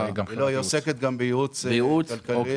לא, היא עוסקת גם בייעוץ כלכלי.